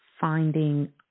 finding